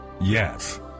yes